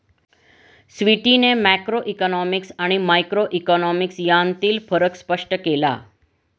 स्वीटीने मॅक्रोइकॉनॉमिक्स आणि मायक्रोइकॉनॉमिक्स यांतील फरक स्पष्ट केला